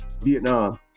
Vietnam